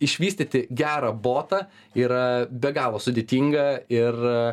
išvystyti gerą botą yra be galo sudėtinga ir